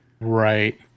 Right